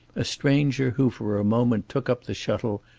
a stranger who for a moment took up the shuttle,